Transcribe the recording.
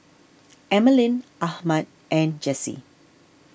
Emaline Ahmed and Jessy